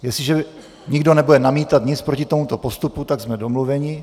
Jestliže nikdo nebude nic namítat proti tomuto postupu, tak jsme domluveni.